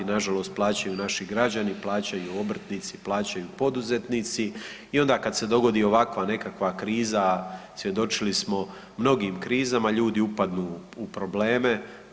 Nažalost, plaćaju naši građani, plaćaju obrtnici, plaćaju poduzetnici i onda kad se dogodi ovakva nekakva kriza, svjedočili smo mnogim krizama, ljudi upadnu u probleme.